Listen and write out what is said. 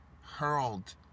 hurled